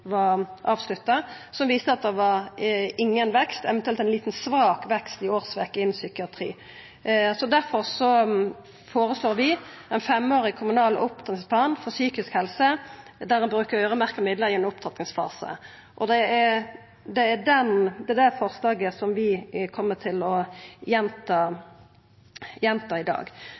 avslutta, som viste at det var ingen vekst, eventuelt ein liten, svak vekst i årsverk innan psykiatri. Derfor føreslår vi ein femårig kommunal opptrappingsplan for psykisk helse der ein brukar øyremerkte midlar i ein opptrappingsfase. Det er det forslaget vi kjem til å gjenta i dag. Når ein i innstillinga viser til SINTEF-rapporten, som viser at det er ein betydeleg vekst i